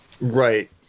Right